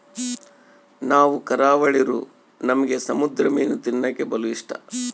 ನಾವು ಕರಾವಳಿರೂ ನಮ್ಗೆ ಸಮುದ್ರ ಮೀನು ತಿನ್ನಕ ಬಲು ಇಷ್ಟ